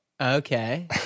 Okay